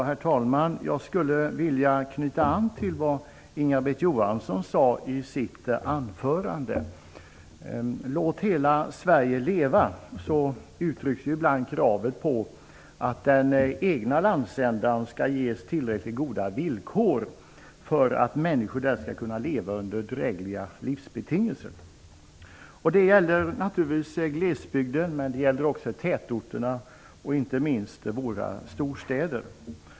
Herr talman! Jag vill knyta an till vad Inga-Britt Johansson sade i sitt anförande. Låt hela Sverige leva! Så uttrycks ibland kravet på att den egna landsändan skall ges tillräckligt goda villkor för att människorna där skall kunna leva under drägliga livsbetingelser. Det gäller naturligtvis glesbygden, men det gäller också tätorterna och inte minst våra storstäder.